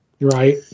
Right